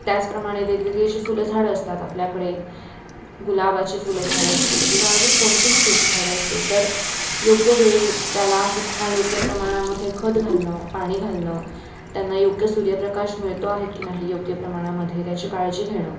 त्याचप्रमाणे वेगवेगळी जी फुलं झाडं असतात आपल्याकडे गुलाबाची फुलं झाडं असतील किंवा अजून कोणतीही फुलझाडं असतील तर योग्यवेळी त्यालासुद्धा योग्य प्रमाणामध्ये खत घालणं पाणी घालणं त्यांना योग्य सूर्यप्रकाश मिळतो आहे की नाही योग्य प्रमाणामध्ये त्याची काळजी घेणं